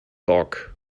bock